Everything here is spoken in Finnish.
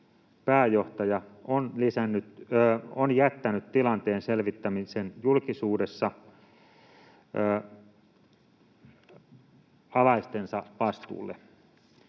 pääjohtaja on jättänyt tilanteen selvittämisen julkisuudessa alaistensa vastuulle.